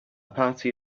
party